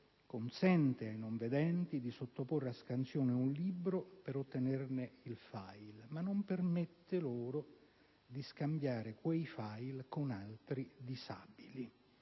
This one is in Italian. consente ai non vedenti di sottoporre a scansione un libro per ottenerne il *file*, ma non permette loro di scambiare quel *file* con altri disabili.